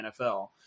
NFL